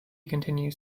continues